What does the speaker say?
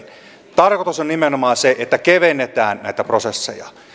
tarkoitus on nimenomaan se että kevennetään näitä prosesseja